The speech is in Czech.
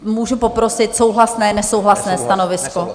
Můžu poprosit souhlasné, nesouhlasné stanovisko?